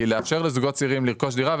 היא לאפשר לזוגות צעירים לרכוש דירה,